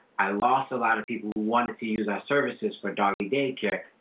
i lost a lot of people who wanted to use our services for doggy day care.